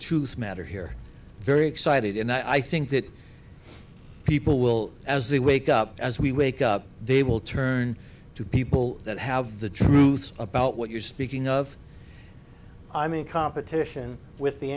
truth matter here very excited and i think that people will as they wake up as we wake up they will turn to people that have the truth about what you're speaking of i mean competition with the